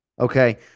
Okay